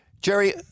Jerry